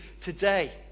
today